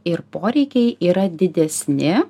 ir poreikiai yra didesni